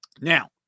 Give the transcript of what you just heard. Now